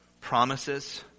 promises